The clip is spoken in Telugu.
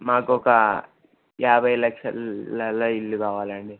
మాకు ఒక యాభై లక్షల్లో ఇల్లు కావాలి అండి